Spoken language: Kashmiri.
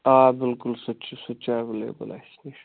آ بِلکُل سُہ تہِ چھُ سُہ تہِ چھُ اٮ۪ویلیبٕل اَسہِ نِش